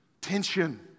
Tension